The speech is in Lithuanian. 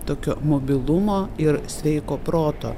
tokio mobilumo ir sveiko proto